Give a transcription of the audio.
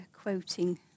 quoting